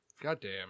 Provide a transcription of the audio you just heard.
Goddamn